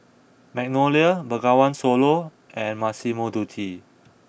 Magnolia Bengawan Solo and Massimo Dutti